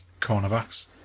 Cornerbacks